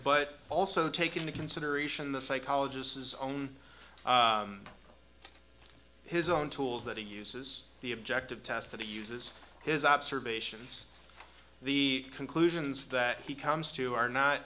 but also take into consideration the psychologists his own his own tools that he uses the objective test that he uses his observations the conclusions that he comes to